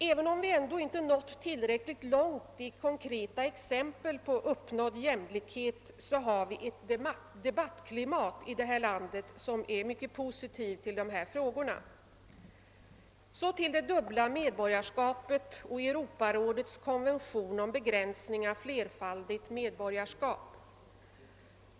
Även om vi ändå inte har kommit tillräckligt långt med konkreta exempel på uppnådd jämlikhet, har vi i vårt land ett debattklimat i de här frågorna som är mycket positivt. Så till det dubbla medborgarskapet och Europarådets konvention om begränsning av flerfaldigt medborgarskap!